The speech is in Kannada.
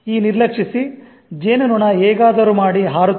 ಈ ನಿರ್ಲಕ್ಷಿಸಿ ಜೇನುನೊಣ ಹೇಗಾದರೂ ಮಾಡಿ ಹಾರುತ್ತದೆ